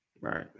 Right